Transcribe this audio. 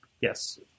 Yes